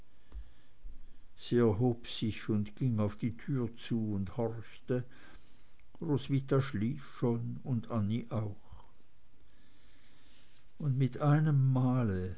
sich und ging auf die tür zu und horchte roswitha schlief schon und annie auch und mit einem male